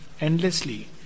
endlessly